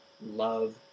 love